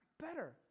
Better